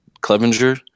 Clevenger